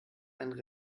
einen